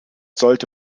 sollte